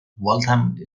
waltham